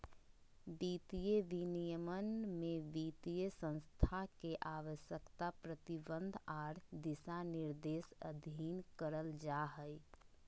वित्तीय विनियमन में वित्तीय संस्थान के आवश्यकता, प्रतिबंध आर दिशानिर्देश अधीन करल जा हय